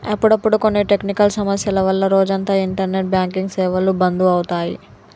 అప్పుడప్పుడు కొన్ని టెక్నికల్ సమస్యల వల్ల రోజంతా ఇంటర్నెట్ బ్యాంకింగ్ సేవలు బంధు అవుతాయి